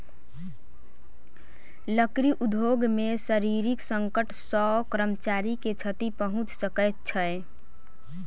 लकड़ी उद्योग मे शारीरिक संकट सॅ कर्मचारी के क्षति पहुंच सकै छै